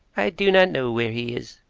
i do not know where he is,